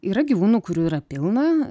yra gyvūnų kurių yra pilna